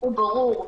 הוא ברור,